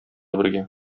бергә